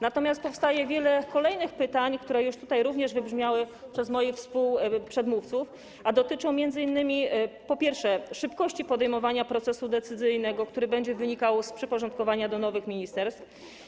Natomiast powstaje wiele kolejnych pytań, które już tutaj również wybrzmiały zadane przez moich przedmówców, a dotyczą m.in., po pierwsze, szybkości podejmowania procesu decyzyjnego, który będzie wynikał z przyporządkowania do nowych ministerstw.